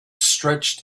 stretched